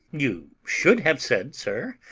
you should have said, sir,